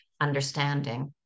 understanding